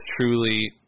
truly